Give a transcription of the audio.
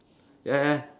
ya ya